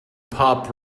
pop